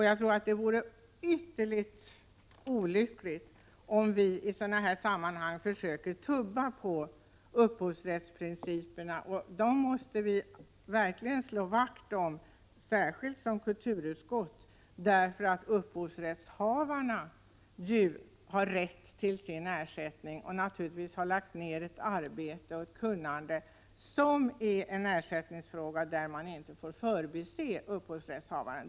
Jag tror att det vore ytterligt olyckligt om vi i sådana här sammanhang försökte tubba på upphovsrättsprinciperna. De principerna måste vi verkligen slå vakt om, särskilt inom kulturutskottet, eftersom upphovsrättshavarna har rätt till ersättning. De har naturligtvis lagt ned arbete och kunnande, och då blir det en ersättningsfråga där man inte får förbise upphovsrättshavarna.